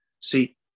see